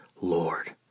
Lord